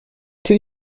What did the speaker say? two